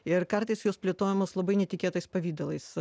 ir kartais jos plėtojamos labai netikėtais pavidalais